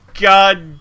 God